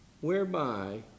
whereby